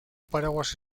paraguas